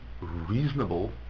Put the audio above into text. reasonable